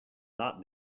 not